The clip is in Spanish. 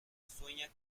sueña